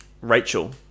rachel